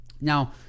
Now